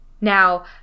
Now